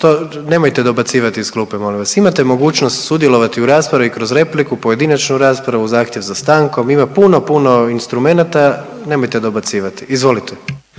Nemojte dobacivati iz klupe, molim vas. Imate mogućnost sudjelovati u raspravi kroz repliku, pojedinačnu raspravu, zahtjev za stankom, ima puno, puno instrumenata, nemojte dobacivati. Izvolite.